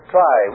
Try